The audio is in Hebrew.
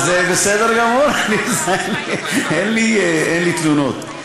זה בסדר גמור, אין לי תלונות.